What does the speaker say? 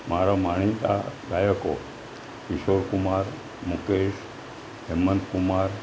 મારા માનીતા ગાયકો કિશોર કુમાર મુકેશ હેમંત કુમાર